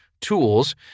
tools